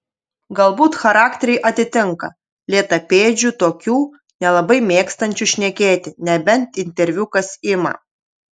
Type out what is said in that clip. galbūt charakteriai atitinka lėtapėdžių tokių nelabai mėgstančių šnekėti nebent interviu kas ima